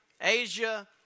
Asia